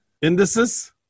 indices